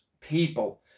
people